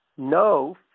No